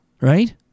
Right